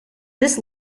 this